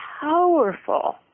powerful